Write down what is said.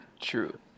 True